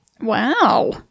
Wow